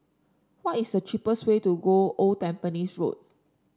what is the cheapest way to Old Tampines Road